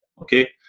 Okay